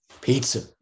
pizza